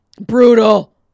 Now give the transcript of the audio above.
Brutal